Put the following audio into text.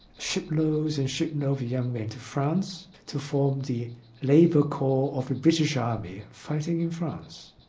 shiploads and shiploads of young men to france, to form the labour corps of the british army fighting in france.